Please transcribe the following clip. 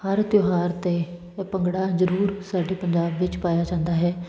ਹਰ ਤਿਉਹਾਰ 'ਤੇ ਉਹ ਭੰਗੜਾ ਜ਼ਰੂਰ ਸਾਡੇ ਪੰਜਾਬ ਵਿੱਚ ਪਾਇਆ ਜਾਂਦਾ ਹੈ